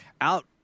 Out